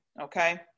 okay